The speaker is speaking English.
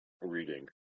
reading